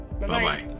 Bye-bye